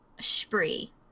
spree